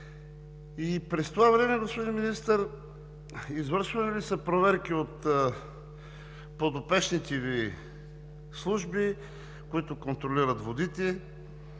През това време, господин Министър, извършвани ли са проверки от подопечните Ви служби, които контролират водите?